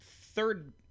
third